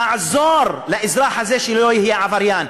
תעזור לאזרח הזה שלא יהיה עבריין,